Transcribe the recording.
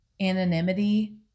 anonymity